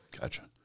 Gotcha